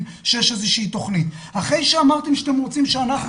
שיש איזה תוכנית אחרי שאמרתם שאתם רוצים שאנחנו,